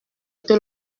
été